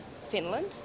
Finland